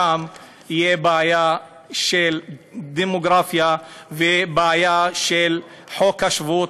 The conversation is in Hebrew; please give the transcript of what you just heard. גם יהיה בעיה של דמוגרפיה ובעיה של חוק השבות.